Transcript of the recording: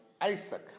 Isaac